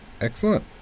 Excellent